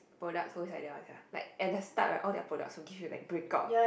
products always like that one sia like at the start right all their products will give you like breakouts